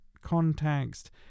Context